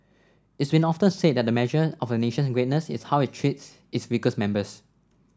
it's been often said that a measure of a nation's greatness is how it treats its weakest members